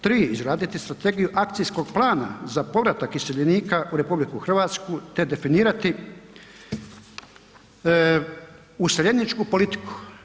Tri, izraditi strategiju akcijskog plana za povratak iseljenika u RH te definirati useljeničku politiku.